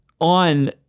on